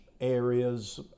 areas